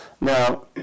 Now